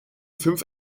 fünf